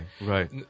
right